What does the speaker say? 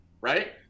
right